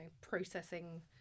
processing